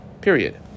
Period